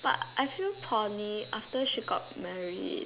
but I feel Corny after she got married